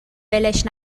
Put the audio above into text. ولش